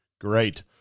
Great